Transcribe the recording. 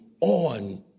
on